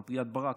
גם פגיעת ברק,